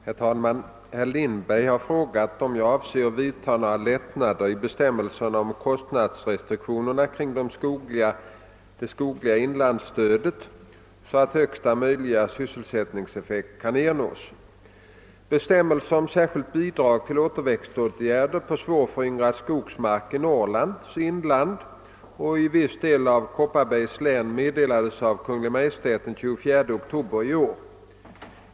Herr talman! Herr Lindberg har frågat om jag avser att vidtaga några lättnader i bestämmelserna om kostnadsrestriktionerna kring det skogliga inlandsstödet så att högsta möjliga sysselsättningseffekt kan ernås. Bestämmelser om särskilt bidrag till återväxtåtgärder på <:svårföryngrad skogsmark i Norrlands inland och i viss del av Kopparbergs län meddelades av Kungl. Maj:t den 24 oktober i år.